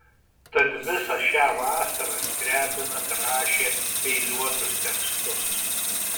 tad visą šią vasarą skriabinas rašė eiliuotus tekstus